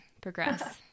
progress